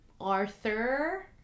Arthur